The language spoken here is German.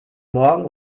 morgen